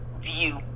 view